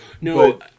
No